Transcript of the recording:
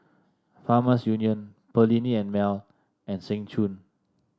Farmers Union Perllini And Mel and Seng Choon